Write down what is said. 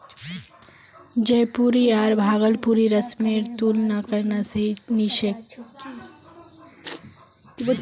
जयपुरी आर भागलपुरी रेशमेर तुलना करना सही नी छोक